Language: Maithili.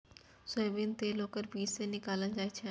सोयाबीन तेल ओकर बीज सं निकालल जाइ छै